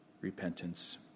repentance